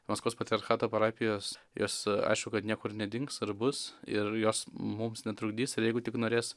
maskvos patriarchato parapijos jos aišku kad niekur nedings ir bus ir jos mums netrukdys ir jeigu tik norės